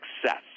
success